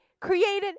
created